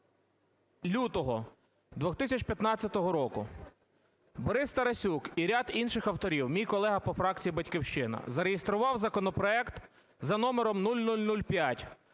5 лютого 2015 року Борис Тарасюк і ряд інших авторів, мій колега по фракції "Батьківщина", зареєстрував законопроект за № 0005